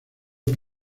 por